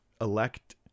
elect